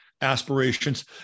aspirations